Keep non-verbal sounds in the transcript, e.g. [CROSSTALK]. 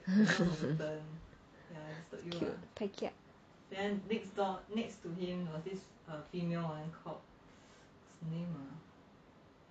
[LAUGHS] so cute pia kia